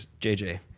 JJ